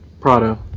Prado